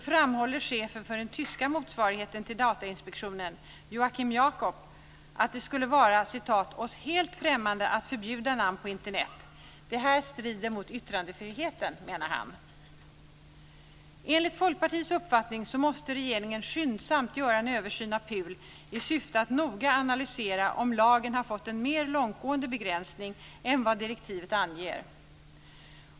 framhåller chefen för den tyska motsvarigheten till Datainspektionen Joachim Jacob att det skulle vara "helt främmande att förbjuda namn på Internet. Detta stider mot yttrandefriheten." Enligt Folkpartiets uppfattning måste regeringen skyndsamt göra en översyn av PUL i syfte att noga analysera om lagen har inneburit en mer långtgående begränsning än vad direktivet anger.